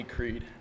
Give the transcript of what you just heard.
Creed